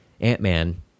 Ant-Man